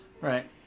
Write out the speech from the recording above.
Right